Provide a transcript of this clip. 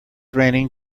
raining